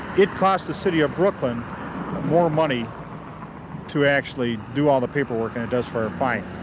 it costs the city of brooklyn more money to actually do all the paperwork than it does for our fine.